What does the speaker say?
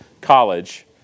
college